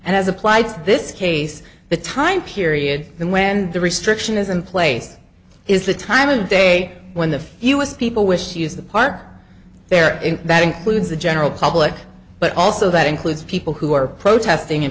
as applied to this case the time period and when the restriction is in place is the time of the day when the u s people wish to use the park there and that includes the general public but also that includes people who are protesting in